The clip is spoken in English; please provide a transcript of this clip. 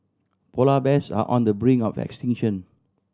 polar bears are on the brink of extinction